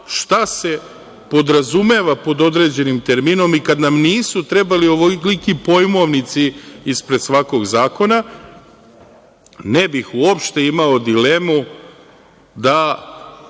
šta se podrazumeva pod određenim terminom i kad nam nisu trebali ovoliki pojmovnici ispred svakog zakona, ne bih uopšte imao dilemu da